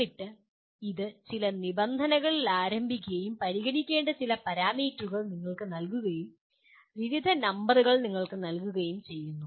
എന്നിട്ട് ഇത് ചില നിബന്ധനകളിൽ ആരംഭിക്കുകയും പരിഗണിക്കേണ്ട ചില പാരാമീറ്ററുകൾ നിങ്ങൾക്ക് നൽകുകയും വിവിധ നമ്പറുകൾ നിങ്ങൾക്ക് നൽകുകയും ചെയ്യുന്നു